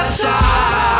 side